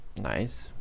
Nice